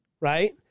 right